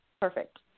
Perfect